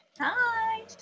Hi